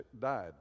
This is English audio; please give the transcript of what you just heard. died